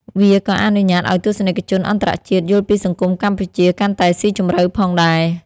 វាក៏អនុញ្ញាតឲ្យទស្សនិកជនអន្តរជាតិយល់ពីសង្គមកម្ពុជាកាន់តែស៊ីជម្រៅផងដែរ។